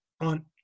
on